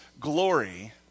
glory